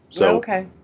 Okay